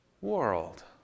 world